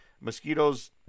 Mosquitoes